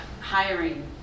hiring